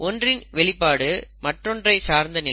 ஒன்றின் வெளிப்பாடு மற்றொன்றை சார்ந்த நிலை